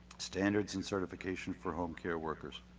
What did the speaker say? standards and certification for home care workers.